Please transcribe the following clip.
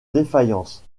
défaillance